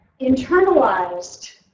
internalized